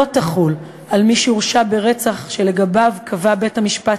לא תחול על מי שהורשע ברצח שלגביו קבע בית-המשפט,